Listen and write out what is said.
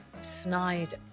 Snide